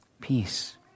Peace